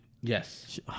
Yes